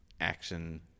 action